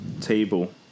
table